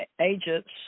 agents